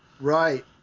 Right